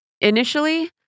initially